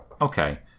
Okay